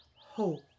hope